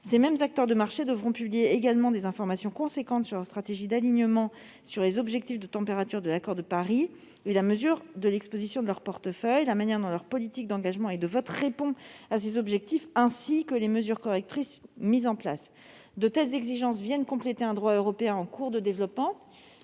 Ces mêmes acteurs de marché devront publier également d'importantes informations relatives à leur stratégie d'alignement sur les objectifs de température de l'accord de Paris : la mesure de l'exposition de leur portefeuille, la manière dont leur politique d'engagement et de vote répond à ces objectifs, ainsi que les mesures correctrices mises en place. De telles exigences viennent compléter un droit européen en cours de développement,